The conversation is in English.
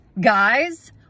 guys